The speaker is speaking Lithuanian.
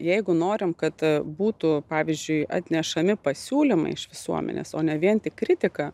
jeigu norim kad būtų pavyzdžiui atnešami pasiūlymai iš visuomenės o ne vien tik kritika